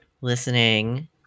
listening